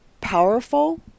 powerful